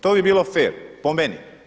To bi bilo fer po meni.